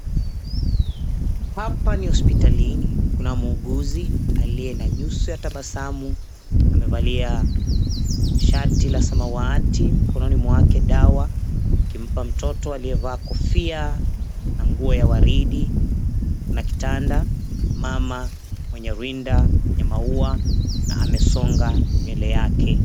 Hapa ni hospitalini, kuna muuguzi aliye na nyuso ya tabasamu. Amevalia shati la samawati, mkononi mwake dawa, akimpa mtoto aliyevaa kofia na nguo ya waridi. Na kitanda mama mwenye rinda ya maua na amesonga nywele yake.